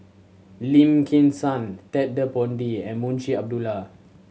Lim Kim San Ted De Ponti and Munshi Abdullah